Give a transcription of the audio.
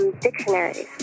dictionaries